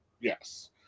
Yes